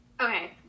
Okay